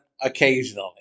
occasionally